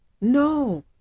No